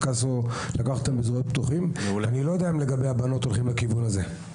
אני לא יודע אם לגבי הבנות הולכים לכיוון הזה.